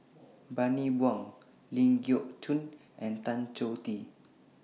Bani Buang Ling Geok Choon and Tan Choh Tee